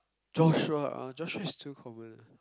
Joshua oh Joshua is too common